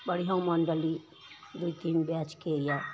बढ़िआँ मण्डली दुइ तीन बैचके यऽ